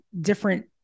different